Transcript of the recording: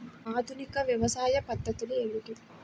ఆధునిక వ్యవసాయ పద్ధతులు ఏమిటి?